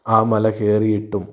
ആ മല കയറിയിട്ടും